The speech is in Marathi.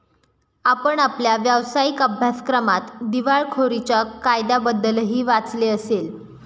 आपण आपल्या व्यावसायिक अभ्यासक्रमात दिवाळखोरीच्या कायद्याबद्दलही वाचले असेल